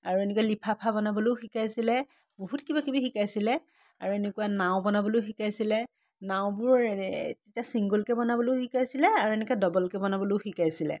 আৰু এনেকুৱা লিফাফা বনাবলৈও শিকাইছিলে বহুত কিবা কিবি শিকাইছিলে আৰু এনেকুৱা নাও বনাবলৈও শিকাইছিলে নাওবোৰ তেতিয়া চিংগলকৈ বনাবলৈও শিকাইছিলে আৰু এনেকৈ ডবলকৈ বনাবলৈও শিকাইছিলে